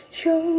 show